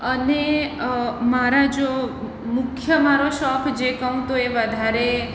અને મારા જો મુખ્ય મારો શોખ જે કહુ તો એ વધારે